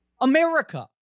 america